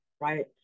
right